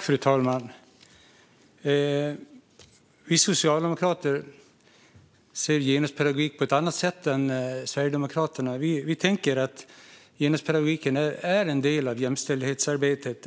Fru talman! Vi socialdemokrater ser genuspedagogik på ett annat sätt än Sverigedemokraterna. Vi tänker att genuspedagogiken är en del av jämställdhetsarbetet